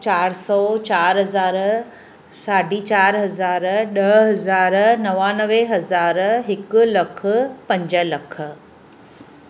चारि सौ चारि हज़ार साढी चारि हज़ार ॾह हज़ार नवानवे हज़ार हिकु लखु पंज लखु